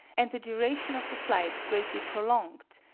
and the duration of the flight greatly prolonged,